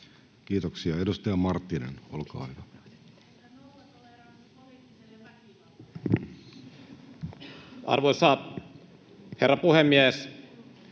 Kiitoksia. — Edustaja Razmyar, olkaa hyvä. Arvoisa puhemies!